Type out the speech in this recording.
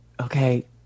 Okay